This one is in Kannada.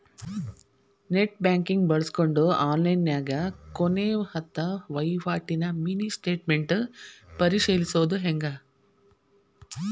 ನೆಟ್ ಬ್ಯಾಂಕಿಂಗ್ ಬಳ್ಸ್ಕೊಂಡ್ ಆನ್ಲೈನ್ಯಾಗ ಕೊನೆ ಹತ್ತ ವಹಿವಾಟಿನ ಮಿನಿ ಸ್ಟೇಟ್ಮೆಂಟ್ ಪರಿಶೇಲಿಸೊದ್ ಹೆಂಗ